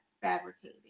fabricated